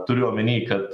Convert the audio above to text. turiu omeny kad